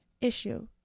issue